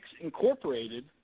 Incorporated